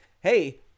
hey